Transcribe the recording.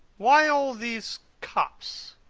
why all these cups?